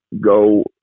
go